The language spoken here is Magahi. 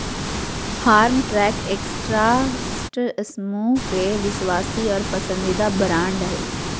फार्मट्रैक एस्कॉर्ट्स समूह के विश्वासी और पसंदीदा ब्रांड हइ